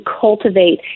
cultivate